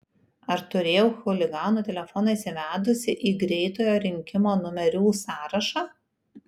ar turėjau chuliganų telefoną įsivedusi į greitojo rinkimo numerių sąrašą